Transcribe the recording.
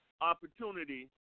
opportunity